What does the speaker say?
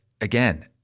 again